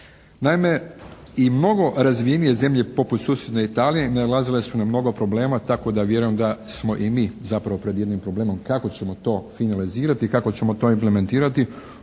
Naime, i mnogo razvijenije zemlje poput susjedne Italije nailazile su na mnogo problema tako da vjerujem da smo i mi zapravo pred jednim problemom. Kako ćemo to finalizirati, kako ćemo to implementirati